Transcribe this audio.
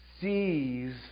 sees